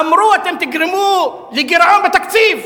אמרו, אתם תגרמו לגירעון בתקציב.